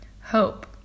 hope